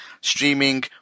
streaming